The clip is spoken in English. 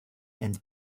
and